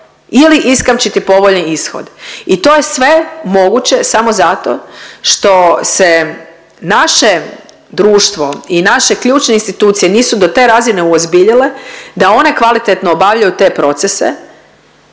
ili iskamčiti povoljan ishod. I to je sve moguće samo zato što se naše društvo i naše ključne institucije nisu do te razine uozbiljile da one kvalitetno obavljaju te procese